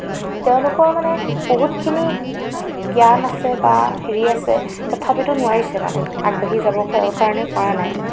তেওঁলোকৰ মানে বহুতখিনি জ্ঞান আছে বা হেৰি আছে তথাপিতো নোৱাৰিছে মানে আগবাঢ়ি যাব কা কাৰণে পৰা নাই